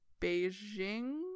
Beijing